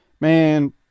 man